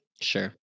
sure